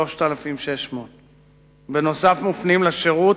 3,600. נוסף על כך מופנים לשירות